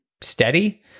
steady